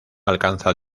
alcanza